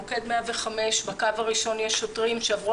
מוקד 105. בקו הראשון יש שוטרים שעברו